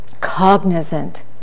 cognizant